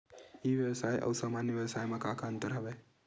ई व्यवसाय आऊ सामान्य व्यवसाय म का का अंतर हवय?